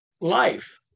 life